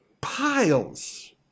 piles